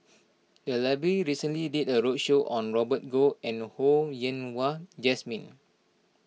the library recently did a roadshow on Robert Goh and Ho Yen Wah Jesmine